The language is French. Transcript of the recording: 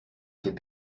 fait